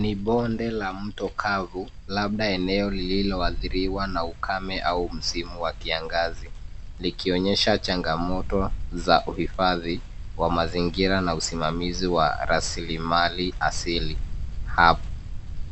Ni bonde la mto kavu, labda eneo lililoathiriwa na ukame au msimu wa kiangazi, likionyesha changamoto za uhifadhi wa mazingira na usimamizi wa rasilimali asili hapa.